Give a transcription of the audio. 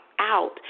out